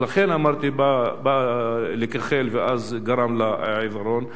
לכן אמרתי, בא לכחל ואז גרם לה עיוורון.